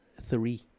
three